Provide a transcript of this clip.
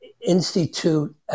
institute